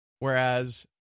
Whereas